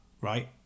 right